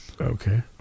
Okay